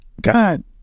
God